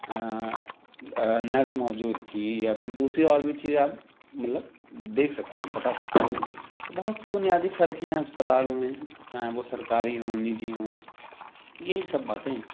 nurse موجود تھی یا پھر دوسری اور بھی چیزیں آپ مطلب دیکھ سکتے ہیں بتا سکتے ہیں تو بہت سے بنیادی فرق ہیں اسپتالوں میں چاہے وہ سرکاری ہوں نجی ہوں یہی سب باتیں ہیں